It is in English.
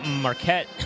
Marquette